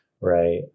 right